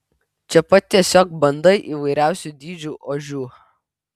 čia pat tiesiog banda įvairiausių dydžių ožių